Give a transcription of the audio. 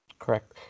Correct